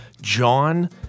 John